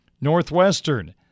Northwestern